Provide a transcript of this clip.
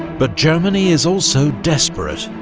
but germany is also desperate.